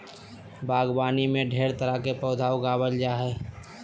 बागवानी में ढेर तरह के पौधा उगावल जा जा हइ